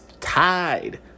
tied